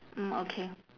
mm okay